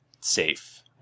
safe